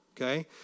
okay